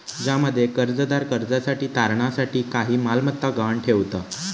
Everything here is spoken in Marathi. ज्यामध्ये कर्जदार कर्जासाठी तारणा साठी काही मालमत्ता गहाण ठेवता